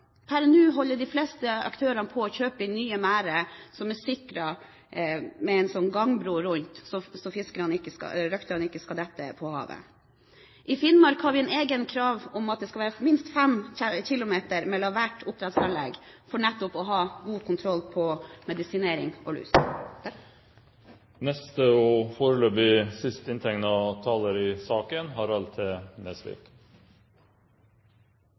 Nå holder de fleste aktørene på å kjøpe inn nye merder som er sikret med en gangbro rundt, så røkterne ikke skal dette på havet. I Finnmark har vi et eget krav om at det skal være minst 5 km mellom hvert oppdrettsanlegg for nettopp å ha god kontroll på medisinering og lus. Bare et par små kommentarer. Det var vel representanten Heggø som var inne på at man i